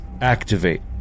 activate